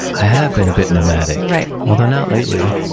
i have been a bit nomadic. right. although not lately.